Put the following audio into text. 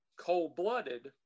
Cold-Blooded